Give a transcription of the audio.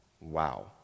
Wow